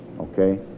okay